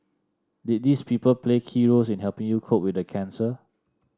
did these people play key roles in helping you cope with the cancer